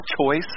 choice